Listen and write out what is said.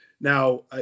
Now